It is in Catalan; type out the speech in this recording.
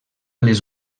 les